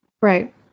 Right